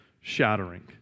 shattering